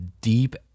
deep